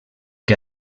que